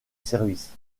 service